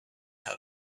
how